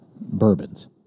bourbons